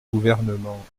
gouvernement